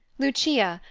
lucia,